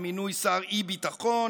במינוי שר אי-ביטחון,